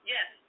Yes